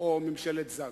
או ממשלת זג.